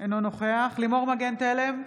אינו נוכח לימור מגן תלם,